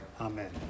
amen